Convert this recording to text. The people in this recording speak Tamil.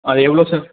அது எவ்வளோ சார்